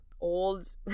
old